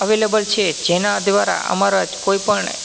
available છે જેના ધ્વારા અમારા જ કોઇપણ